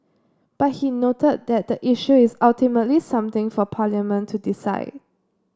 but he noted that the issue is ultimately something for Parliament to decide